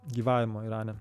gyvavimo irane